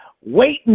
waiting